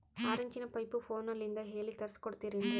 ಆರಿಂಚಿನ ಪೈಪು ಫೋನಲಿಂದ ಹೇಳಿ ತರ್ಸ ಕೊಡ್ತಿರೇನ್ರಿ?